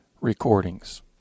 recordings